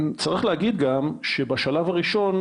צריך להגיד גם שבשלב הראשון,